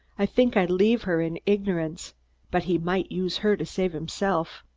i think i'd leave her in ignorance but he might use her to save himself.